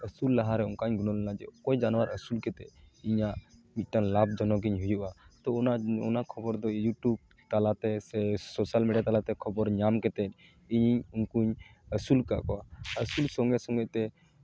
ᱟᱹᱥᱩᱞ ᱞᱟᱦᱟᱨᱮ ᱚᱱᱠᱟᱧ ᱜᱩᱱᱟᱹᱱ ᱞᱮᱱᱟ ᱡᱮ ᱚᱠᱚᱭ ᱡᱟᱱᱣᱟᱨ ᱟᱹᱥᱩᱞ ᱠᱟᱛᱮᱫ ᱤᱧᱟᱹᱜ ᱢᱤᱫᱴᱟᱱ ᱞᱟᱵᱷ ᱡᱚᱱᱚᱠ ᱤᱧ ᱦᱩᱭᱩᱜᱼᱟ ᱛᱳ ᱚᱱᱟ ᱚᱱᱟ ᱠᱷᱚᱵᱚᱨ ᱫᱚ ᱤᱭᱩᱴᱩᱵᱽ ᱛᱟᱞᱟᱛᱮ ᱥᱮ ᱥᱳᱥᱟᱞ ᱢᱤᱰᱤᱭᱟ ᱛᱟᱞᱟᱛᱮ ᱠᱷᱚᱵᱚᱨ ᱧᱟᱢ ᱠᱟᱛᱮᱫ ᱤᱧ ᱩᱱᱠᱩᱧ ᱟᱹᱥᱩᱞ ᱟᱠᱟᱫ ᱠᱚᱣᱟ ᱟᱹᱥᱩᱞ ᱥᱚᱸᱜᱮ ᱥᱚᱸᱜᱮ ᱛᱮ